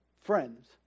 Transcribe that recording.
friends